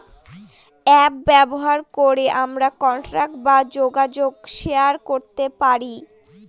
app ব্যবহার করে আমরা কন্টাক্ট বা যোগাযোগ শেয়ার করতে পারি